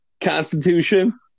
Constitution